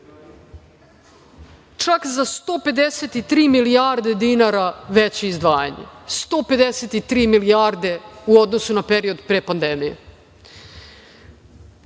čak za 153 milijarde dinara veće izdvajanje, 153 milijarde u odnosu na period pre pandemije. Pomenuću